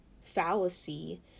fallacy